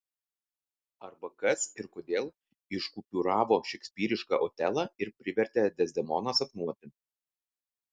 arba kas ir kodėl iškupiūravo šekspyrišką otelą ir privertė dezdemoną sapnuoti